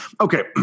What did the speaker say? Okay